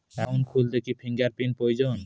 Account খুলতে কি fingerprint প্রয়োজন?